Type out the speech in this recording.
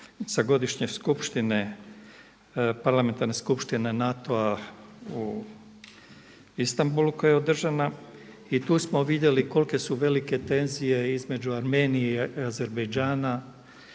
sa godišnje skupštine, Parlamentarne skupštine NATO-a u Istambulu koja je održana i tu smo vidjeli kolike su velike tenzije između Armenije i Azerbajdžana,